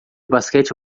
basquete